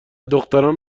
دختران